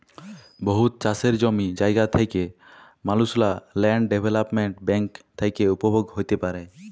বহুত চাষের জমি জায়গা থ্যাকা মালুসলা ল্যান্ড ডেভেলপ্মেল্ট ব্যাংক থ্যাকে উপভোগ হ্যতে পারে